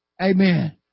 amen